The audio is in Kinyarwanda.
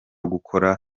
gukora